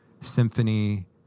symphony